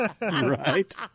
Right